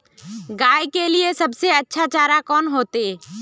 गाय के लिए सबसे अच्छा चारा कौन होते?